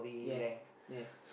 yes yes